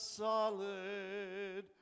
solid